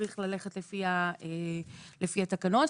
צריך ללכת לפי התקנות.